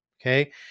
Okay